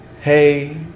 hey